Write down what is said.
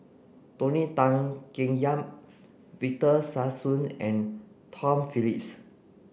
Tony Tan Keng Yam Victor Sassoon and Tom Phillips